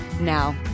Now